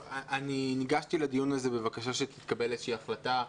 ניגשתי לדיון הזה בבקשה שתתקבל איזו החלטה.